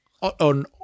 on